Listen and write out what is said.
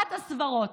סברת הסברות,